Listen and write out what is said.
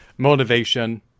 Motivation